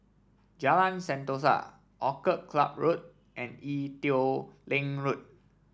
Jalan Sentosa Orchid Club Road and Ee Teow Leng Road